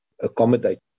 accommodate